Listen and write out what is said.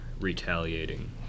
retaliating